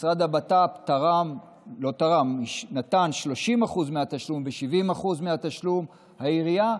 משרד הבט"פ נתן 30% מהתשלום ו-70% מהתשלום זה העירייה,